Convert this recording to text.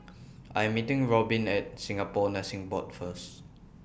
I Am meeting Robbin At Singapore Nursing Board First